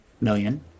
million